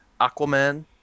Aquaman